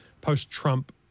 post-Trump